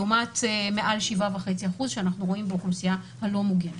לעומת מעל 7.5% שאנחנו רואים באוכלוסייה הלא מוגנת,